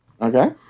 Okay